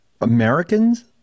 Americans